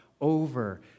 over